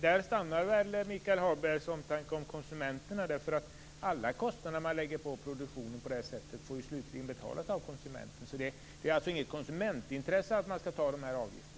Där stannar väl Michael Hagbergs omtanke om konsumenterna. Alla kostnader man lägger på produktionen får ju slutligen betalas av konsumenten. Det är alltså inget konsumentintresse att ta ut de här avgifterna.